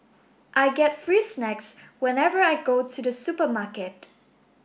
I get free snacks whenever I go to the supermarket